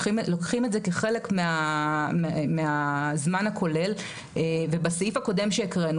לוקחים את זה כחלק מהזמן הכולל ובסעיף הקודם שהקראנו